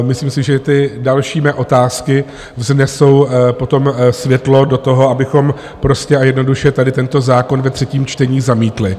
Myslím si, že ty další mé otázky vnesou potom světlo do toho, abychom prostě a jednoduše tady tento zákon ve třetím čtení zamítli.